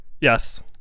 Yes